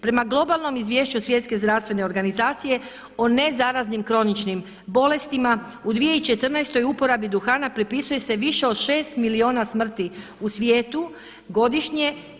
Prema globalnom Izvješću Svjetske zdravstvene organizacije o nezaraznim kroničnim bolestima u 2014. u uporabi duhana pripisuje se više od 6 milijuna smrti u svijetu godišnje.